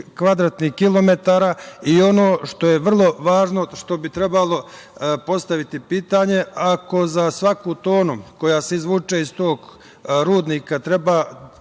kvadratnih kilometara. Ono što je vrlo važno, što bi trebalo postaviti pitanje, ako za svaku tonu koja se izvuče iz tog rudnika treba